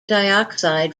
dioxide